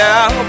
Now